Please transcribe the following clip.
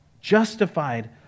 Justified